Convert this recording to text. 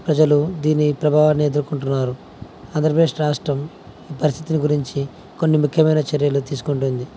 ప్రజలు దీని ప్రభావాన్ని ఎదుర్కొంటున్నారు ఆంధ్రప్రదేశ్ రాష్ట్రం ఈ పరిస్థితిని గురించి కొన్ని ముఖ్యమైన చర్యలు తీసుకుంటుంది